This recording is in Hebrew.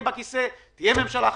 תהיה ממשלה חדשה,